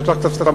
יש לך סמכות.